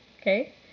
Okay